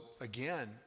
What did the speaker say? again